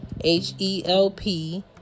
H-E-L-P